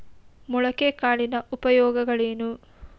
ಮೊಳಕೆ ಕಾಳಿನ ಉಪಯೋಗಗಳೇನು?